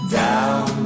down